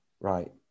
Right